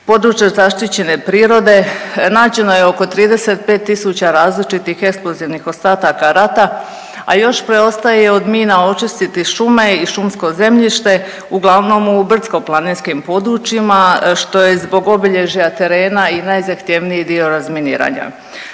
područje zaštićene prirode. Nađeno je oko 35000 različitih eksplozivnih ostataka rata, a još preostaje od mina očistiti šume i šumsko zemljište uglavnom u brdsko-planinskim područjima što je zbog obilježja terena i najzahtjevniji dio razminiranja.